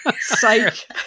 Psych